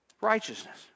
Righteousness